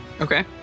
Okay